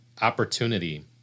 opportunity